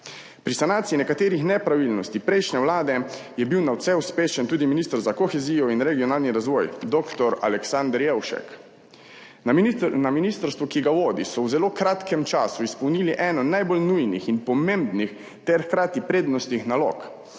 Pri sanaciji nekaterih nepravilnosti prejšnje vlade je bil nadvse uspešen tudi minister za kohezijo in regionalni razvoj dr. Aleksander Jevšek. Na ministrstvu, ki ga vodi, so v zelo kratkem času izpolnili eno najbolj nujnih in pomembnih ter hkrati prednostnih nalog.